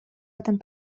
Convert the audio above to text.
этом